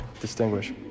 distinguish